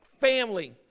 family